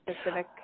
specific